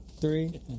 Three